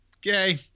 gay